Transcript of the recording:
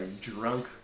drunk